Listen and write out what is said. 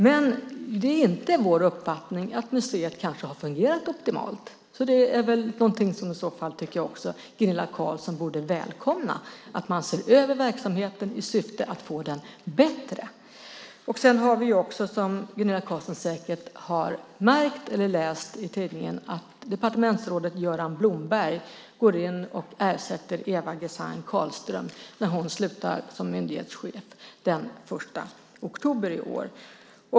Men det är inte vår uppfattning att museet har fungerat optimalt. Att man ser över verksamheten i syfte att få den bättre är väl någonting som även Gunilla Carlsson borde välkomna. Som Gunilla Carlsson säkert har märkt eller läst i tidningen går departementsrådet Göran Blomberg in och ersätter Eva Gesang-Karlström när hon slutar som myndighetschef den 1 oktober i år.